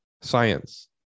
Science